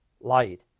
light